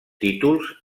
títols